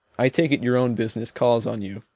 i take it your own business calls on you,